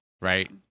right